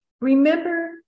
remember